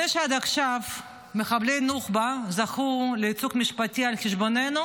זה שעד עכשיו מחבלי נוח'בה זכו לייצוג משפטי על חשבוננו,